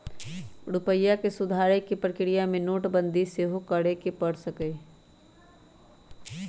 रूपइया के सुधारे कें प्रक्रिया में नोटबंदी सेहो करए के पर सकइय